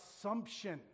assumption